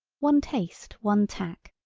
one taste one tack,